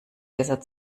besser